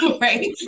right